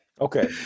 Okay